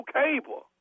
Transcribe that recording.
cable